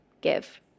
give